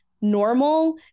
normal